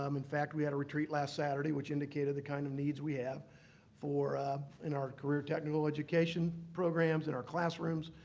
um in fact, we had a retreat last saturday which indicated the kind of needs we have for in our career technical education programs, in our classrooms,